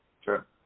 Sure